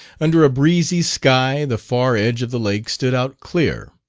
under a breezy sky the far edge of the lake stood out clear.